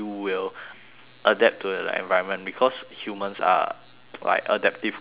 adapt to the environment because humans are like adaptive creatures